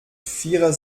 vierer